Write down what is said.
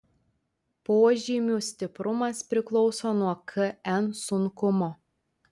požymių stiprumas priklauso nuo kn sunkumo